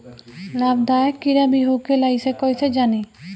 लाभदायक कीड़ा भी होखेला इसे कईसे जानी?